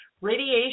radiation